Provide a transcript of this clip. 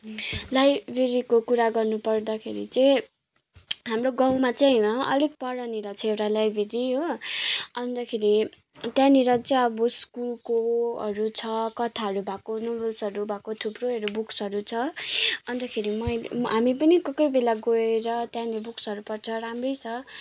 लाइब्रेरीको कुरा गर्नु पर्दाखेरि चाहिँ हाम्रो गाउँमा चाहिँ होइन अलिक परनिर छ एउटा लाइब्रेरी हो अन्तखेरि त्यहाँनिर चाहिँ अब स्कुलकोहरू छ कथाहरू भएको नोबल्सहरू भएको थुप्रोहरू बुक्सहरू छ अन्तखेरि मैले हामी पनि कोही कोही बेला गएर त्यहाँनिर बुक्सहरू पढ्छ राम्रै छ